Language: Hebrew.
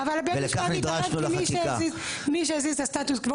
בית המשפט התערב כי מי שהזיז את הסטטוס קוו